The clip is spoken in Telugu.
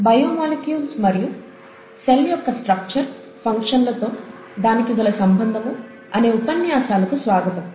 బయో మొలిక్యూల్స్ మరియు సెల్ యొక్క స్ట్రక్చర్ ఫంక్షన్ లతో దానికి గల సంబంధము Biomolecules and their relationship to the Cell Structure and Function" అనే ఉపన్యాసాలకు స్వాగతము